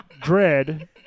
Dread